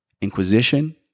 inquisition